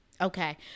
okay